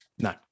no